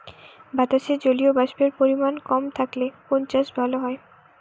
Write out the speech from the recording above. বাতাসে জলীয়বাষ্পের পরিমাণ কম থাকলে কোন চাষ ভালো হয়?